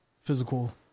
physical